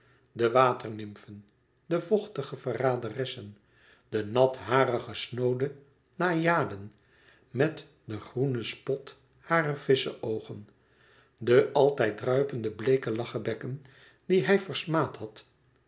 de waternymfen de vochtige verraderessen de natharige snoode naïaden met den groenen spot harer visscheoogen de altijd druipende bleeke lachebekken die hij versmaad had